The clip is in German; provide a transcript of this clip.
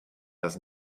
das